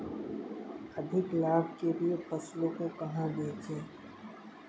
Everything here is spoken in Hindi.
अधिक लाभ के लिए फसलों को कहाँ बेचें?